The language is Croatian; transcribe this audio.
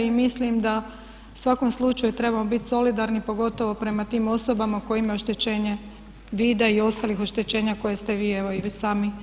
I mislim da u svakom slučaju trebamo biti solidarni pogotovo prema tim osobama koje imaju oštećenje vida i ostalih oštećenja koje ste vi evo i sami